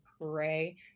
pray